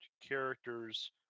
characters